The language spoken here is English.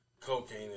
cocaine